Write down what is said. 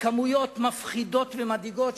בכמויות מפחידות ומדאיגות,